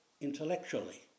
intellectually